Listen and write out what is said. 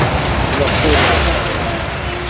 नमस्ते नमस्ते नमस्ते